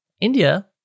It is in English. India